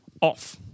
off